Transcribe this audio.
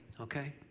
okay